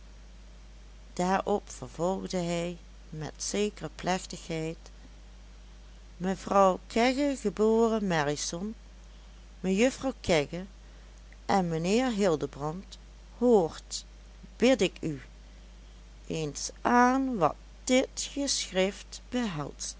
daarop vervolgde hij met zekere plechtigheid mevrouw kegge geboren marrison mejuffrouw kegge en mijnheer hildebrand hoort bid ik u eens aan wat dit geschrift behelst